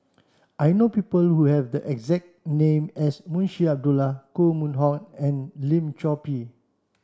I know people who have the exact name as Munshi Abdullah Koh Mun Hong and Lim Chor Pee